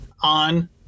on